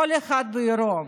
כל אחד בעירו.